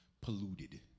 polluted